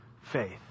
faith